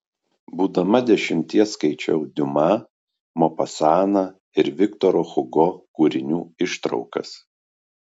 būdama dešimties skaičiau diuma mopasaną ir viktoro hugo kūrinių ištraukas